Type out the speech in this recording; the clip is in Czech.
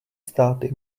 státy